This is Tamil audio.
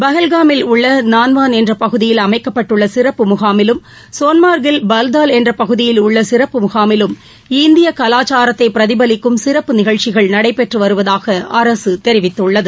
பஹல்காமில் உள்ள நான்வான் என்ற பகுதியில் அமைக்கப்பட்டுள்ள சிறப்பு முகாமிலும் சோன்மார்க்கில் பல்தால் என்ற பகுதியில் உள்ள சிறப்பு முகாமிலும் இந்திய கலாச்சாரத்தை பிரதிபலிக்கும் சிறப்பு நிகழ்ச்சிகள் நடைபெற்று வருவதாக அரசு தெரிவித்துள்ளது